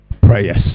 prayers